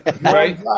Right